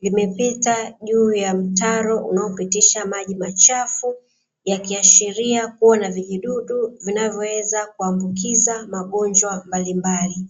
limepita juu ya mtaro unaopitisha machafu, yakiashiria kuwa na vijidudu vinavyoweza kuambukiza magonjwa mbalimbali.